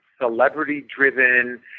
celebrity-driven